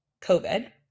covid